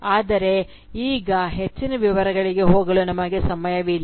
ಆದರೆ ಈಗ ಹೆಚ್ಚಿನ ವಿವರಗಳಿಗೆ ಹೋಗಲು ನಮಗೆ ಸಮಯವಿಲ್ಲ